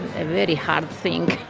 a very had thing